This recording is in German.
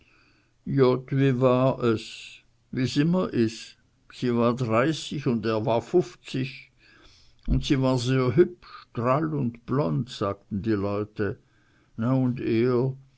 wie war es wie's immer is sie war dreißig un er war fufzig und sie war sehr hübsch drall und blond sagten die leute na un er